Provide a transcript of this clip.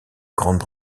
grande